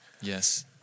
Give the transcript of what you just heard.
Yes